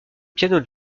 piano